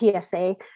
PSA